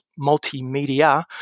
multimedia